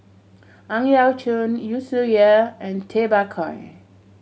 Ang Yau Choon Yu Zhuye and Tay Bak Koi